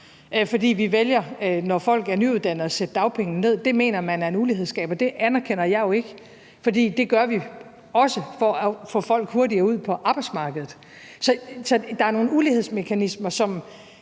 fordi vi vælger, når folk er nyuddannede, at sætte dagpengene ned. Det mener man er en ulighedsskaber, og det anerkender jeg jo ikke, for det gør vi også for at få folk hurtigere ud på arbejdsmarkedet. Så der er nogle ulighedsmekanismer, som